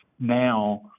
now